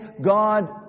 God